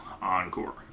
Encore